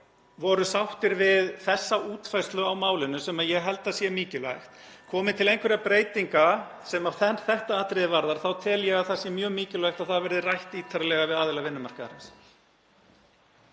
voru sáttir við þessa útfærslu á málinu, sem ég held að sé mikilvægt. (Forseti hringir.) Komi til einhverra breytinga sem þetta atriði varða þá tel ég að það sé mjög mikilvægt að það verði rætt ítarlega við aðila vinnumarkaðarins.